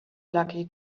lucky